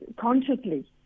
consciously